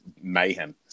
mayhem